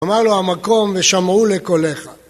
אמר לו המקום ושמעו לכולך